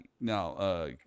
Now